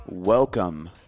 Welcome